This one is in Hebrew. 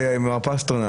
עו"ד פסטרנק,